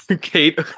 Kate